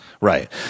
Right